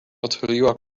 odchyliła